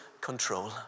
control